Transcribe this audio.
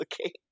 okay